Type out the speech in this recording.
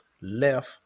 left